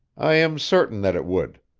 i am certain that it would.